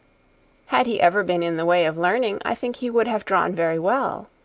had he ever been in the way of learning, i think he would have drawn very well.